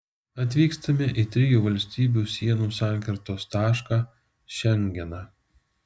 atvykstame į trijų valstybių sienų sankirtos tašką šengeną